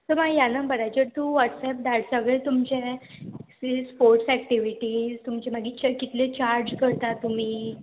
so मागी ह्या नंबराचेर तूं वॉट्सॅप धाड सगळें तुमचें फीज स्पोर्ट्स एक्टिविटीज तुमचें मागीर कितलें चार्ज करता तुमी